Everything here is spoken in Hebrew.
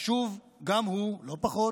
חשוב גם הוא לא פחות,